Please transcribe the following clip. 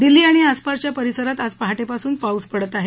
दिल्ली आणि आसपासच्या परिसरात आज पहाटेपासून पाऊस पडत आहे